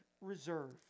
reserve